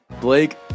Blake